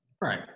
Right